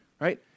right